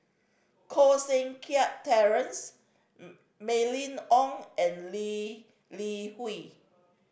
Koh Seng Kiat Terence Mylene Ong and Lee Li Hui